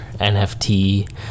NFT